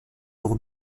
pour